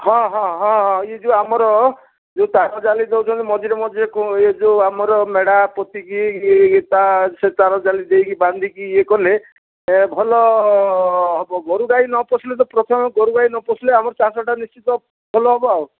ହଁ ହଁ ହଁ ହଁ ଏଇ ଯେଉଁ ଆମର ତାର ଜାଲି ଦେଉଛନ୍ତି ମଝିରେ ମଝିରେ କଣ ଏଇ ଯେଉଁ ଆମର ମେଢା ପୋତିକି ଏ ସେ ତାର ଜାଲି ଦେଇକି ବାନ୍ଧିକି ଇଏ କଲେ ଭଲ ହେବ ଗୋରୁଗାଈ ନ ପଶିଲେ ତ ପ୍ରଥମେ ତ ଗୋରୁଗାଈ ନ ପଶିଲେ ଆମର ଚାଷଟା ନିଶ୍ଚିତ ଭଲ ହେବ ଆଉ